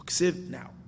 Now